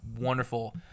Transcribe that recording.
wonderful